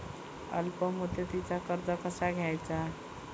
अल्प मुदतीचा कर्ज कसा घ्यायचा?